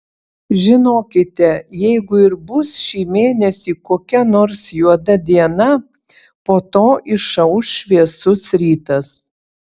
žinokite jeigu ir bus šį mėnesį kokia nors juoda diena po to išauš šviesus rytas